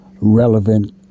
relevant